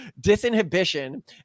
disinhibition